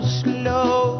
slow